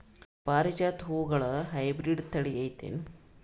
ಪಾರಿಜಾತ ಹೂವುಗಳ ಹೈಬ್ರಿಡ್ ಥಳಿ ಐತೇನು?